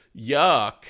Yuck